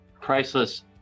priceless